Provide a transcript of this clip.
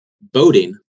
Boating